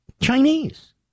Chinese